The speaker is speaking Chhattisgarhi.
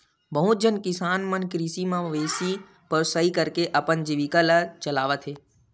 बहुत झन किसान मन कृषि म मवेशी पोसई करके अपन जीविका ल चलावत हे